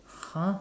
!huh!